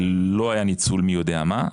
שלא היה ניצול מי יודע מה.